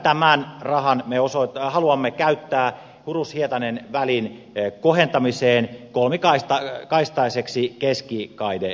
tämän rahan me haluamme käyttää hurushietanen välin kohentamiseen kolmikaistaiseksi keskikaidetieksi